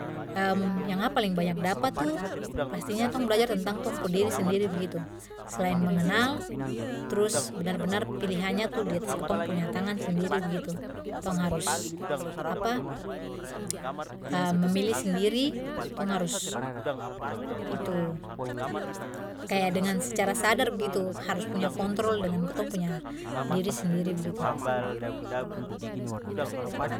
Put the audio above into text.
yang sa paling banyak dapat itu pastinya tong belajar tentang tong pu diri sendiri selain mengenal trus benar benar pilihannya tuh diatas kitong pu tangan sendiri begitu tong harus apa memilih sendiri tong harus itu kaya dengan secara sadar begitu harus punya kontrol dengan kitong punya disri sendiri begitu